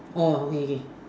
orh okay okay